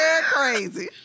crazy